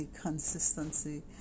consistency